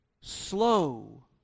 slow